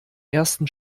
ersten